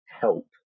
help